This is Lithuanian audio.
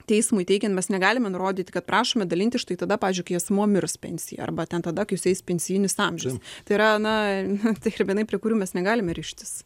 teismui teikiant mes negalime nurodyti kad prašome dalintis štai tada pavyzdžiui kai asmuo mirs pensiją arba ten tada kai sueis pensijinis amžius tai yra na terminai prie kurių mes negalime rištis